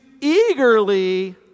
eagerly